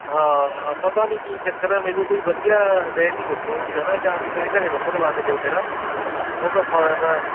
ਹਾਂ ਪਤਾ ਨਹੀਂ ਕੀ ਚੱਕਰ ਆ ਮੈਨੂੰ ਕੋਈ ਵਧੀਆ ਡੇਅਰੀ ਦੱਸੋ ਹੈ ਨਾ ਜਾਂ ਕਿਸੇ ਦੇ ਘਰ ਦੁੱਧ ਲਗਵਾ ਕੇ ਦਿਓ ਮੇਰਾ ਬਹੁਤ ਔਖਾ ਹੋਇਆ ਪਿਆ